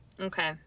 Okay